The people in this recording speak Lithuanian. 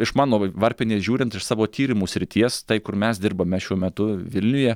iš mano varpinės žiūrint iš savo tyrimų srities tai kur mes dirbame šiuo metu vilniuje